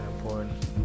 important